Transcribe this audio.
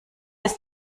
ist